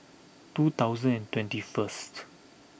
two thousand and twenty first